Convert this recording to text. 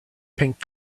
pink